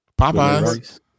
Popeye's